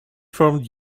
formed